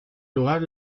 lugar